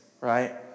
right